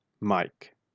Mike